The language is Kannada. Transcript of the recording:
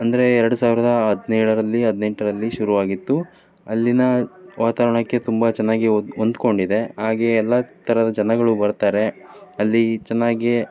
ಅಂದ್ರೆ ಎರಡು ಸಾವಿರದ ಹದಿನೇಳರಲ್ಲಿ ಹದಿನೆಂಟರಲ್ಲಿ ಶುರುವಾಗಿತ್ತು ಅಲ್ಲಿನ ವಾತಾವರಣಕ್ಕೆ ತುಂಬ ಚೆನ್ನಾಗಿ ಹೊಂದ್ಕೊಂಡಿದೆ ಹಾಗೇ ಎಲ್ಲ ಥರದ ಜನಗಳು ಬರ್ತಾರೆ ಅಲ್ಲಿ ಚೆನ್ನಾಗಿಯೇ